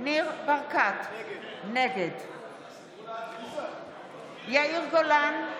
ניר ברקת, נגד יאיר גולן,